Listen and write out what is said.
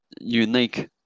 unique